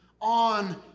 on